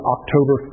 October